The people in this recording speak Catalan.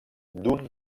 d’un